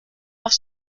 auf